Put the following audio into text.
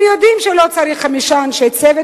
הם יודעים שלא צריך חמישה אנשי צוות